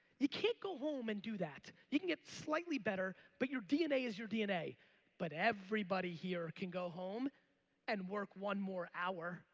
you can't go home and do that. you can get slightly better but your dna is your dna but everybody here can go home and work one more hour